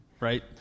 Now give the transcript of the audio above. right